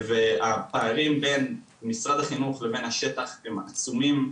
הפערים בין משרד החינוך לבין השטח הם עצומים.